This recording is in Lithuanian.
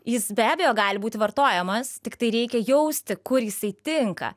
jis be abejo gali būti vartojamas tiktai reikia jausti kur jisai tinka